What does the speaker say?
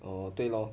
orh 对 lor